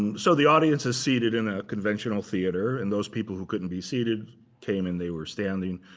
and so the audience is seated in a conventional theater. and those people who couldn't be seated came, and they were standing.